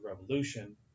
revolution